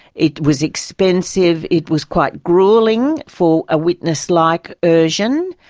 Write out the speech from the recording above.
it was expensive, it was quite gruelling for a witness like ercan,